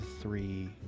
three